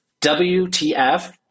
wtf